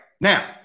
Now